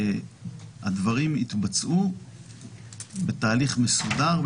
הדברים יתבצעו בתהליך מסודר,